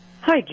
Hi